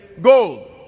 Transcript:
gold